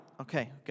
Okay